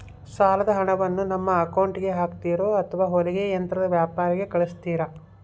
ಸಾಲದ ಹಣವನ್ನು ನಮ್ಮ ಅಕೌಂಟಿಗೆ ಹಾಕ್ತಿರೋ ಅಥವಾ ಹೊಲಿಗೆ ಯಂತ್ರದ ವ್ಯಾಪಾರಿಗೆ ಕಳಿಸ್ತಿರಾ?